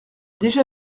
déjà